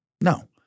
No